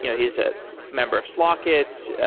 you know he's a member of slock it,